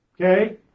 okay